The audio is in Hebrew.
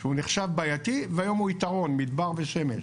שהוא נחשב בעייתי והיום הוא יתרון, מדבר ושמש.